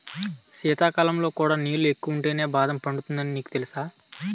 శీతాకాలంలో కూడా నీళ్ళు ఎక్కువుంటేనే బాదం పండుతుందని నీకు తెలుసా?